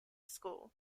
school